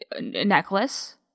necklace